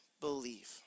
believe